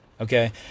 okay